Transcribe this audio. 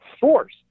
force